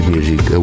Music